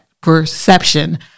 perception